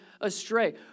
astray